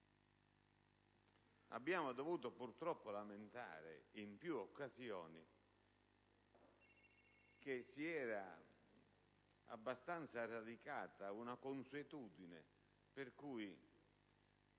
abbiamo dovuto purtroppo lamentare in più occasioni che si è abbastanza radicata una consuetudine per cui